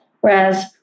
Whereas